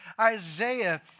Isaiah